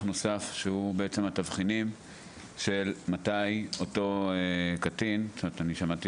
נוסף שהוא בעצם התבחינים של מתי אותו קטין שמעתי